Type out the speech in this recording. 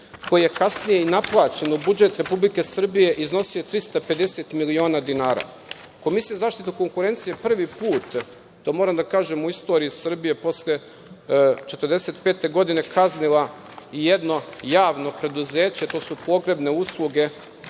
koji je kasnije i naplaćen u budžet Republike Srbije, iznosio je 350 miliona dinara. Komisija za zaštitu konkurencije prvi put, to moram da kažem, u istoriji Srbije posle 1945. godine, kaznila i jedno javno preduzeće, to su pogrebne usluge